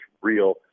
real